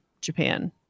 Japan